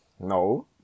No